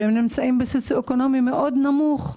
שנמצאים במדד סוציו-אקונומי מאוד נמוך.